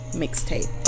mixtape